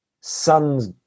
son's